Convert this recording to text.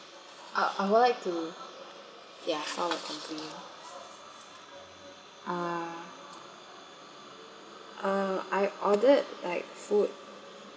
uh I would like to ya file a complaint uh uh I ordered like food